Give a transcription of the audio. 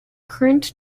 current